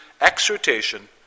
exhortation